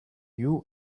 you